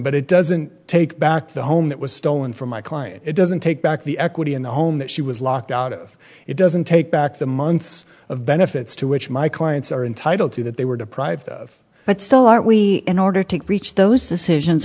but it doesn't take back the home that was stolen from my client it doesn't take back the equity in the home that she was locked out it doesn't take back the months of benefits to which my clients are entitled to that they were deprived of but still are we in order to reach those decisions